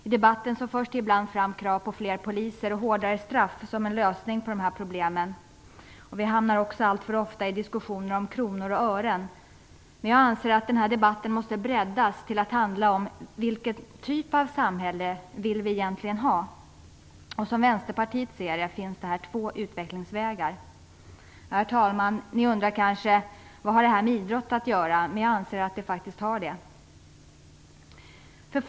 I debatten förs ibland fram krav på fler poliser och hårdare straff som en lösning på problemen. Vidare hamnar vi alltför ofta i diskussioner om kronor och ören. Men jag anser att debatten måste breddas till att handla om vilken typ av samhälle vi egentligen vill ha. Som Vänsterpartiet ser saken finns det två utvecklingsvägar. Herr talman! Ni undrar kanske vad detta har med idrotten att göra. Jag anser dock att det här faktiskt har att göra med idrotten.